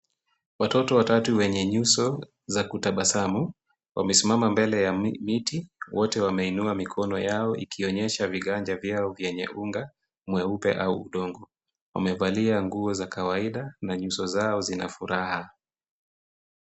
Watoto watatu wenye nyuso za kutabasamu. Wamesimama mbele ya miti wote wameinua mikono yao ikionyesha viganja vyao vyenye unga mweupe au udongo. Wamevalia nguo za kawaida na nyuso zao zina furaha.